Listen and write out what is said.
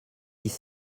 dix